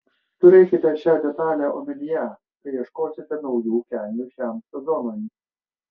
turėkite šią detalę omenyje kai ieškosite naujų kelnių šiam sezonui